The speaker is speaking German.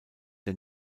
der